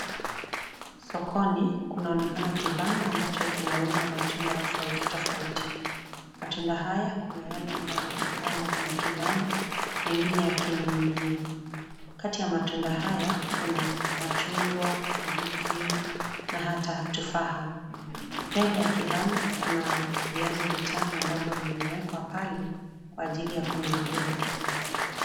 Sokoni kunaonekana kibanda ambacho kinauza matunda tofauti tofauti. Matunda haya, kuna yale ambayo yamepangwa kwenye kibanda mengine yakining'inia. Kati ya matunda haya kuna: machungwa, ndizi na hata tufaha. Mbele ya kibanda pana viazi vitamu ambavyo vimewekwa pale kwa ajili ya kununuliwa pia.